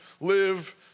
live